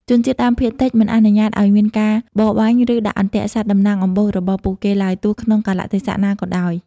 ជនជាតិដើមភាគតិចមិនអនុញ្ញាតឱ្យមានការបរបាញ់ ឬដាក់អន្ទាក់សត្វតំណាងអំបូររបស់ពួកគេឡើយ ទោះក្នុងកាលៈទេសៈណាក៏ដោយ។